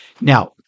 Now